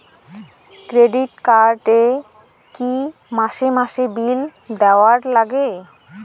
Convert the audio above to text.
Credit card এ কি মাসে মাসে বিল দেওয়ার লাগে?